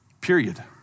Period